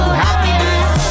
happiness